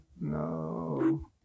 No